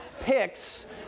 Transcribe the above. picks